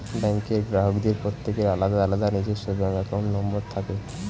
ব্যাঙ্কের গ্রাহকদের প্রত্যেকের আলাদা আলাদা নিজস্ব ব্যাঙ্ক অ্যাকাউন্ট নম্বর থাকে